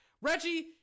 Reggie